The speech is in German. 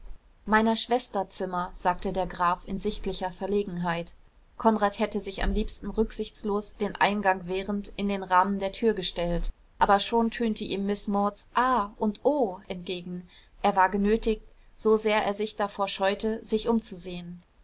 meiner schwester zimmer sagte der graf in sichtlicher verlegenheit konrad hätte sich am liebsten rücksichtslos den eingang wehrend in den rahmen der tür gestellt aber schon tönte ihm miß mauds ah und oh entgegen er war genötigt so sehr er sich davor scheute sich umzusehen